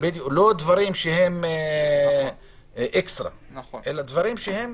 דברים שהם אקסטרה אלא דברים שהם